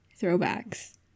throwbacks